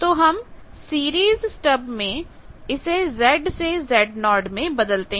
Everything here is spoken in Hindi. तो हम सीरीज स्टब में इसे Z से Z0 में बदलते हैं